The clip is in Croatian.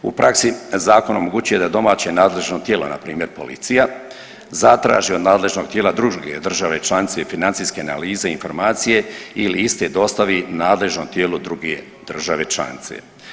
U praksi zakon omogućuje da domaće nadležno tijelo na primjer policija zatraži od nadležnog tijela druge države članice financijske analize i informacije ili iste dostavi nadležnom tijelu druge države članice.